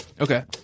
Okay